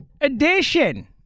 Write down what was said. edition